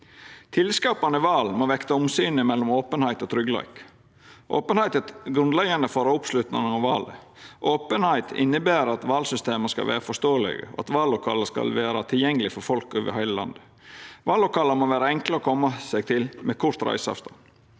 Tillitsskapande val må vekta omsynet mellom openheit og tryggleik. Openheit er grunnleggjande for oppslutnad om valet. Openheit inneber at valsystema skal vera forståelege, og at vallokala skal vera tilgjengelege for folk over heile landet. Vallokala må vera enkle å koma seg til og med kort reiseavstand.